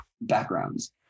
backgrounds